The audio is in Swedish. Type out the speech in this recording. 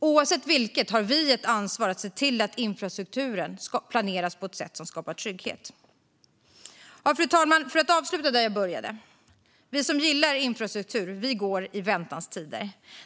Oavsett vilket har vi ett ansvar för att se till att infrastrukturen planeras på ett sätt som skapar trygghet. Fru talman! För att avsluta där jag började: Vi som gillar infrastruktur går i väntans tider.